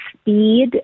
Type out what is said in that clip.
speed